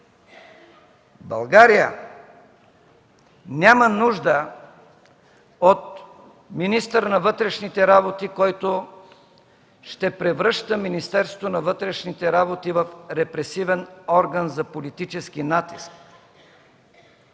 България няма нужда от министър на вътрешните работи, който ще превръща Министерството на вътрешните работи в репресивен орган за политически натиск.